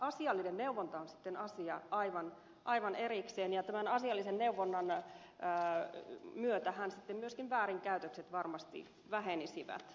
asiallinen neuvonta on sitten asia aivan erikseen ja tämän asiallisen neuvonnan myötähän sitten myöskin väärinkäytökset varmasti vähenisivät